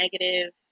negative